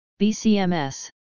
BCMS